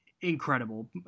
incredible